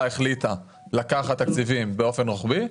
החליטה לקחת תקציבים - באופן רוחבי.